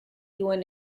duen